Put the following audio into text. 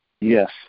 Yes